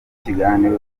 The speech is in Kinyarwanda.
kiganiro